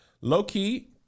Low-key